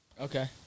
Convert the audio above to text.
Okay